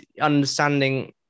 understanding